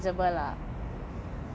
visible or not visible